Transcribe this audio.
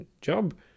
job